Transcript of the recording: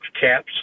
caps